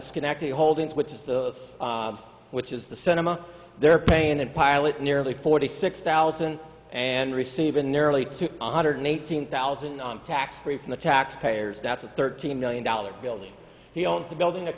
schenectady holdings which is the which is the cinema they're paying and pilot nearly forty six thousand and receiving nearly two hundred eighteen thousand on tax free from the taxpayers that's a thirteen million dollars building he owns the building